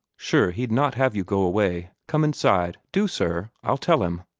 sure, he'd not have you go away. come inside do, sir i'll tell him.